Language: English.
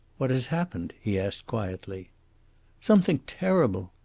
what has happened? he asked quietly something terrible.